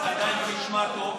זה עדיין לא נשמע טוב.